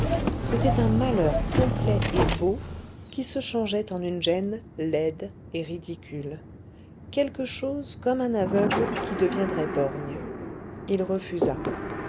c'était un malheur complet et beau qui se changeait en une gêne laide et ridicule quelque chose comme un aveugle qui deviendrait borgne il refusa